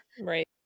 Right